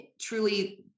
truly